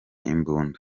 imbunda